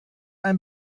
einem